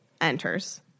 enters